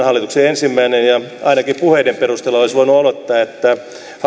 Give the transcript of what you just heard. hallituksen ensimmäinen ja ainakin puheiden perusteella olisi voinut odottaa että hallitus